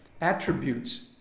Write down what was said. attributes